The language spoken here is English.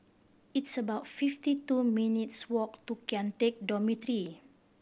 it's about fifty two minutes' walk to Kian Teck Dormitory